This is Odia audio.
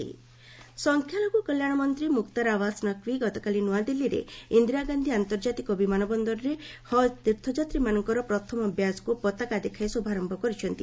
ନକ୍ଭି ହଜ ପିଲିଗ୍ରୀମ୍ସ ସଂଖ୍ୟାଲଘୁ କଲ୍ୟାଶମନ୍ତ୍ରୀ ମୁକ୍ତାର ଆବାସ ନକ୍ତି ଗତପାଳି ନୂଆଦିଲ୍ଲୀର ଇନ୍ଦିରାଗାନ୍ଧୀ ଆର୍ନ୍ତାଜାତିକ ବିମାନ ବନ୍ଦରରେ ହଜ୍ ତୀର୍ଥଯାତ୍ରୀମାନଙ୍କର ପ୍ରଥମ ବ୍ୟାଚକୁ ପତାକା ଦେଖାଇ ଶୁଭାରମ୍ଭ କରିଛନ୍ତି